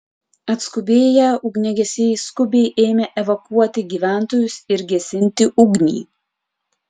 atskubėję ugniagesiai skubiai ėmė evakuoti gyventojus ir gesinti ugnį